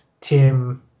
Tim –